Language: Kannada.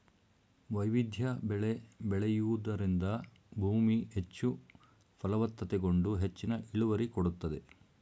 ವೈವಿಧ್ಯ ಬೆಳೆ ಬೆಳೆಯೂದರಿಂದ ಭೂಮಿ ಹೆಚ್ಚು ಫಲವತ್ತತೆಗೊಂಡು ಹೆಚ್ಚಿನ ಇಳುವರಿ ಕೊಡುತ್ತದೆ